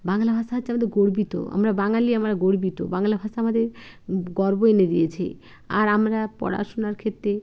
বাংলা ভাষা হচ্ছে আমাদের গর্বিত আমরা বাঙালি আমরা গর্বিত বাংলা ভাষা আমাদের গর্ব এনে দিয়েছে আর আমরা পড়াশুনার ক্ষেত্রে